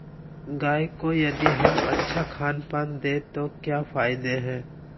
गाय को यदि हम अच्छा खानपान दें तो क्या फायदे हैं?